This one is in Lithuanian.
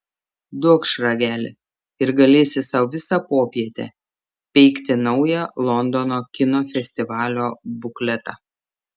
duokš ragelį ir galėsi sau visą popietę peikti naują londono kino festivalio bukletą